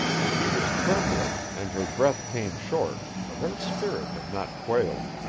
she was trembling and her breath came short, but her spirit had not quailed.